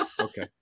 okay